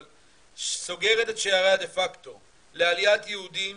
אבל סוגרת את שעריה דה-פקטו לעליית יהודים,